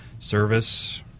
Service